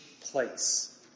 place